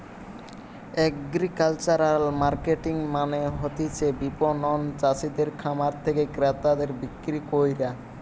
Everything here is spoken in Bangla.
এগ্রিকালচারাল মার্কেটিং মানে হতিছে বিপণন চাষিদের খামার থেকে ক্রেতাদের বিক্রি কইরা